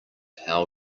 how